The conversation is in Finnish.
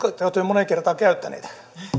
olette jo moneen kertaan käyttäneet